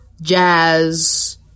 jazz